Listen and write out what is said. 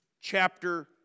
chapter